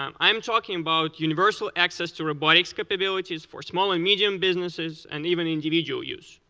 um i'm talking about universecal access to robotics capabilities for small and medium businesses and even individual use.